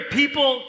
people